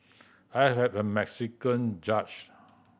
I have a Mexican judge